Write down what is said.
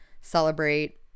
celebrate